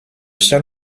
seul